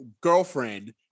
girlfriend